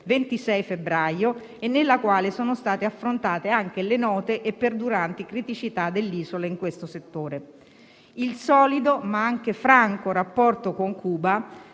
26 febbraio, nella quale sono state affrontate anche le note e perduranti criticità dell'isola in questo settore. Il solido ma anche franco rapporto con Cuba